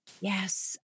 Yes